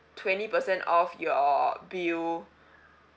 twenty percent off your bill